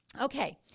Okay